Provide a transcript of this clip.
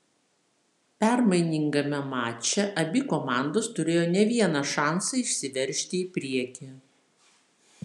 permainingame mače abi komandos turėjo ne vieną šansą išsiveržti į priekį